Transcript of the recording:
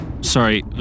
sorry